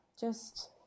just-